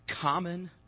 common